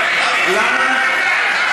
למה?